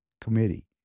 Committee